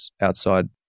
outside